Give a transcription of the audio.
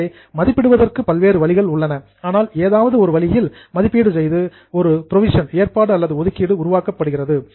எனவே மதிப்பிடுவதற்கு பல்வேறு வழிகள் உள்ளன ஆனால் ஏதாவது ஒரு வழியில் எஸ்டிமேஷன் மதிப்பீடு செய்து ஒரு புரோவிஷன் ஏற்பாடு அல்லது ஒதுக்கீடு உருவாக்கப்படுகிறது